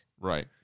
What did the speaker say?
right